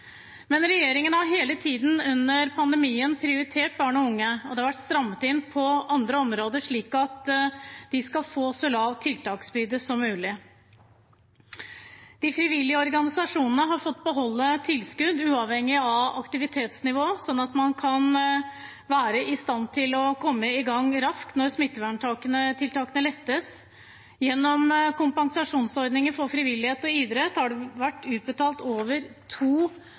Men regjeringen har hele tiden under pandemien prioritert barn og unge, og det har vært strammet inn på andre områder, slik at de skal få så lav tiltaksbyrde som mulig. De frivillige organisasjonene har fått beholde tilskudd uavhengig av aktivitetsnivå, slik at man kan være i stand til å komme i gang raskt når smitteverntiltakene lettes på. Gjennom kompensasjonsordninger for frivillighet og idrett har det vært utbetalt over